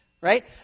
Right